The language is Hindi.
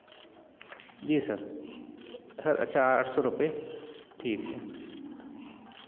जी सर सर अ अच्छा आठ सौ रुपये ठीक है